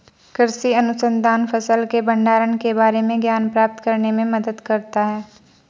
कृषि अनुसंधान फसल के भंडारण के बारे में ज्ञान प्राप्त करने में मदद करता है